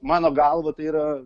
mano galva tai yra